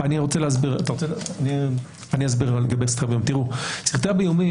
אני אסביר לגבי סחיטה באיומים.